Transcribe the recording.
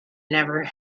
never